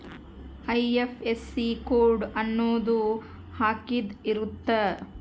IFSC code ಅನ್ನೊಂದ್ ಅಂಕಿದ್ ಇರುತ್ತ